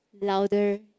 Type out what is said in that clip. louder